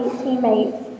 teammates